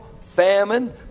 famine